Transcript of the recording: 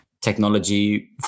technology